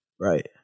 Right